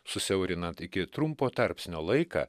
susiaurinant iki trumpo tarpsnio laiką